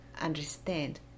understand